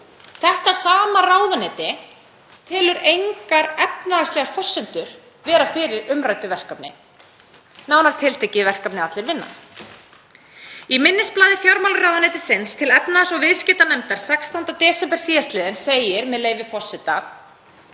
Þetta sama ráðuneyti telur engar efnahagslegar forsendur vera fyrir umræddu verkefni, nánar tiltekið í verkefnið Allir vinna. Í minnisblaði fjármálaráðuneytisins til efnahags- og viðskiptanefndar 16. desember sl. segir, með leyfi forseta: